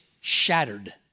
shattered